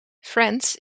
friends